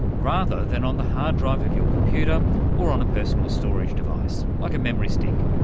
rather than on the hard-drive of your computer or on a personal storage device, like a memory stick.